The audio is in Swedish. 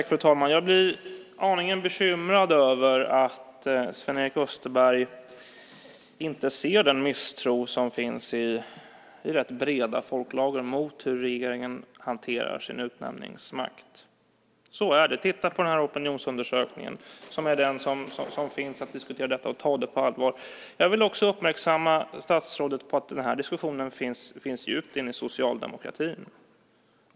Fru talman! Jag blir aningen bekymrad över att Sven-Erik Österberg inte ser den misstro som finns i rätt breda folklager mot hur regeringen hanterar sin utnämningsmakt. Så är det. Titta på den opinionsundersökning som diskuterar detta och ta den på allvar! Jag vill också uppmärksamma statsrådet på att den här diskussionen finns djupt inne i socialdemokratin.